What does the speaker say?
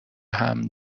حمل